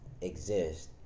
exist